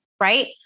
right